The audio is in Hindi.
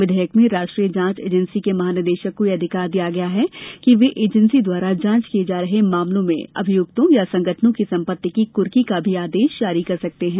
विधेयक में राष्ट्रीय जांच एजेंसी के महानिदेशक को यह अधिकार दिया गया है कि वे एजेंसी द्वारा जांच किए जा रहे मामलों में अभियुक्तों या संगठनों की सम्पत्ति की कुर्की का भी आदेश जारी कर सकते हैं